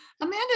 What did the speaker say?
Amanda